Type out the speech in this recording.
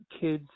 kids